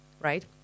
right